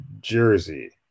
Jersey